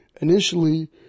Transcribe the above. initially